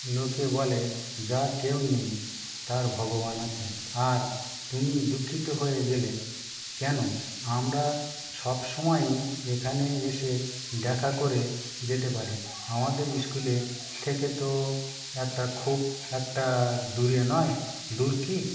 লোকে বলে যার কেউ নেই তার ভগবান আছে আর তুমি দুঃখিত হয়ে গেলে কেন আমরা সব সময়ই এখানে এসে দেখা করে যেতে পারি আমাদের ইস্কুলের থেকে তো একটা খুব একটা দূরে নয় দূর কি